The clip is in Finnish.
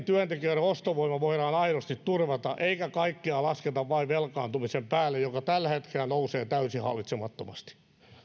työntekijöiden ostovoima voidaan aidosti turvata eikä kaikkea lasketa vain velkaantumisen päälle joka tällä hetkellä nousee täysin hallitsemattomasti